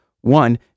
One